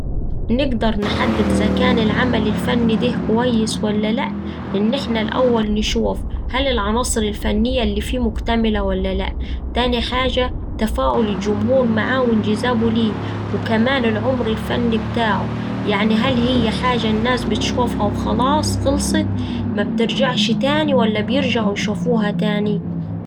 نقدر نحدد إذا كان العمل الفني ده كويس ولا لأ إن إحنا الأول نشوف هل العناصر الفنية اللي فيه مكتملة ولا لأ. تاني حاجة، تفاعل الجمهور معاه وانجذابه ليه وكمان العمر الفني بتاعه يعني هل هيه حاجة الناس بتشوفها وخلاص خلصت مبترجعش تاني ولا بيرجعو يشوفوها تاني.